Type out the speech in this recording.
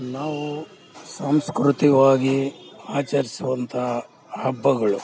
ನಾವು ಸಾಂಸ್ಕೃತಿಕವಾಗಿ ಅಚಾರ್ಸುವಂಥ ಹಬ್ಬಗಳು